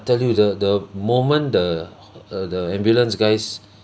tell you the the moment the w~ uh the ambulance guys